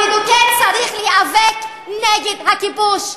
המדוכא צריך להיאבק נגד הכיבוש.